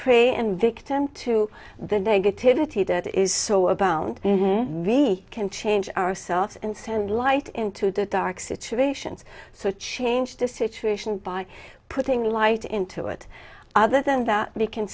prey and victim to the negativity that is so abound we can change ourselves and send light into the dark situations so change this situation by putting light into it other than that we can